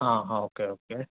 ಹಾಂ ಹಾಂ okay okay